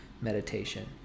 meditation